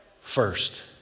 first